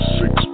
six